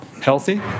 healthy